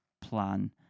plan